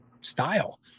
style